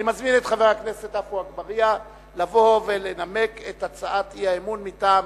אני מזמין את חבר הכנסת עפו אגבאריה לבוא ולנמק את הצעת האי-אמון מטעם